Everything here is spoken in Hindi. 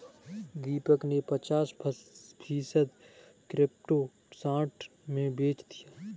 दीपक ने पचास फीसद क्रिप्टो शॉर्ट में बेच दिया